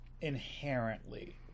inherently